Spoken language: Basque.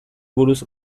buruz